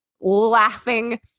laughing